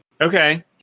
okay